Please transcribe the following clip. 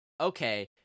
Okay